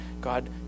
God